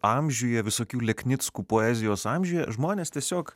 amžiuje visokių leknickų poezijos amžiuje žmonės tiesiog